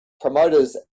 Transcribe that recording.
promoters